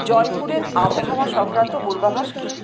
জয়পুরের আবহাওয়া সংক্রান্ত পূর্বাভাস কি